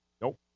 Nope